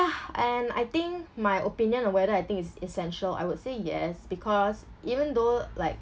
and I think my opinion of whether I think it's essential I would say yes because even though like